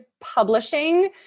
publishing